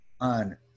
on